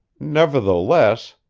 nevertheless,